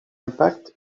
impact